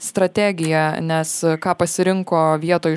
strategiją nes ką pasirinko vietoj